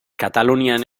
katalunian